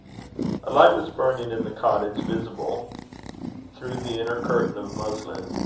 a light was burning in the cottage, visible through the inner curtain of muslin,